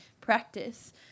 practice